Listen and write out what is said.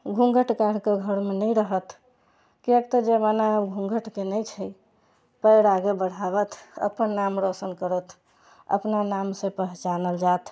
घूँघट काढ़िके घरमे नहि रहथि किएक कि तऽ जमाना आब घूँघटके नहि छै पयर आगे बढ़ाबथि अपन नाम रौशन करथि अपना नामसँ पहचानल जाथि